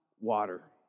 water